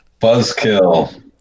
buzzkill